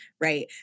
right